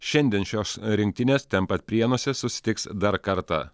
šiandien šios rinktinės ten pat prienuose susitiks dar kartą